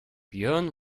björn